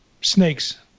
snakes